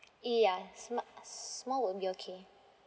ya sma~ small would be okay